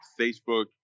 Facebook